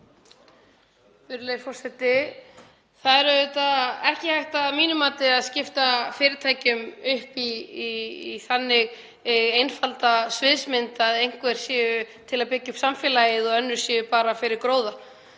Það er ekki hægt að mínu mati að skipta fyrirtækjum upp í þannig einfalda sviðsmynd að einhver séu til að byggja upp samfélagið og önnur séu bara fyrir gróða.